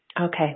Okay